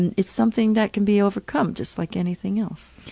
and it's something that can be overcome just like anything else.